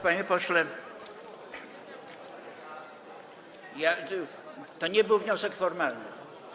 Panie pośle, to nie był wniosek formalny.